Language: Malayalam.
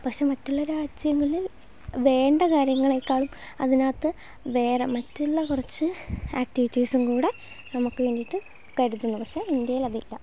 പക്ഷേ മറ്റുള്ള രാജ്യങ്ങളിൽ വേണ്ട കാര്യങ്ങളേക്കാളും അതിനകത്ത് വേറെ മറ്റുള്ള കുറച്ച് ആക്ടിവിറ്റീസും കൂടെ നമുക്ക് വേണ്ടിയിട്ട് കരുതുന്നു പക്ഷെ ഇന്ത്യയിൽ അതില്ല